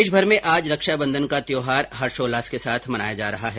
प्रदेशभर में आज रक्षाबंधन का त्यौहार हर्षोल्लास के साथ मनाया जा रहा है